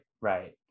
Right